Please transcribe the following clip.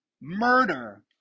murder